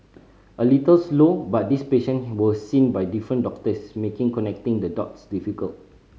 a little slow but these patient was seen by different doctors making connecting the dots difficult